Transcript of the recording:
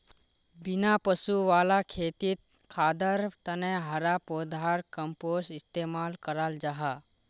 बिना पशु वाला खेतित खादर तने हरा पौधार कम्पोस्ट इस्तेमाल कराल जाहा